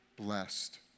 blessed